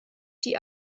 die